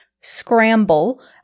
scramble